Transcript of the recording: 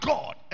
God